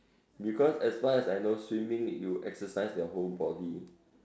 because as far as I know swimming you exercise your whole body